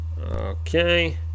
Okay